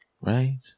right